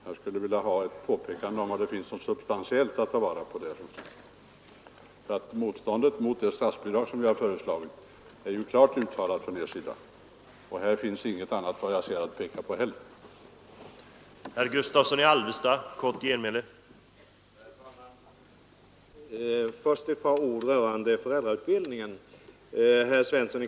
Jag skulle vilja ha en upplysning om var det finns något substantiellt att ta vara på i det sammanhanget. Motståndet mot det statsbidrag som vi har föreslagit är ju klart uttalat från er sida, och efter vad jag kan se finns det ingenting annat att peka på som uppmuntran eller stöd.